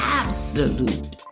absolute